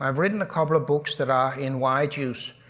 um written a couple of books that are in wide use.